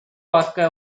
பார்க்க